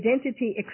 identity